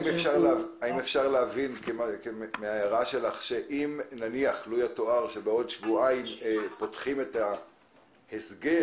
האם אפשר להבין מההערה שלך שאם נניח בעוד שבועיים פותחים את ההסגר,